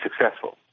successful